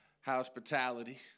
hospitality